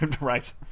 Right